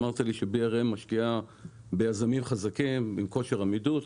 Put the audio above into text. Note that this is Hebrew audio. ואמרת לי ש- BRMמשקיעה ביזמים חזקים עם כושר עמידות.